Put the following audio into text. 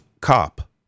cop